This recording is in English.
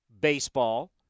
baseball